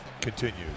continues